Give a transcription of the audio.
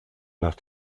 nach